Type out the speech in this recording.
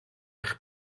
eich